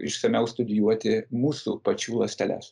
išsamiau studijuoti mūsų pačių ląsteles